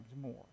more